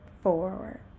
forward